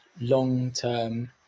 long-term